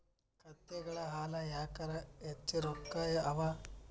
ಕತ್ತೆಗಳ ಹಾಲ ಯಾಕ ಹೆಚ್ಚ ರೊಕ್ಕ ಅವಾ?